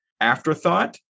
afterthought